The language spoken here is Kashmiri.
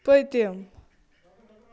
پٔتِم